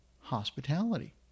hospitality